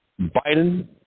Biden